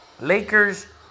Lakers